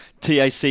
TAC